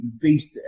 beast